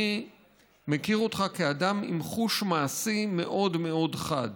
אני מכיר אותך כאדם עם חוש מעשי מאוד מאוד חד